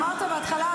אמרתי בהתחלה,